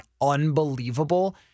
unbelievable